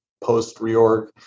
post-reorg